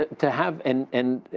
to have and and,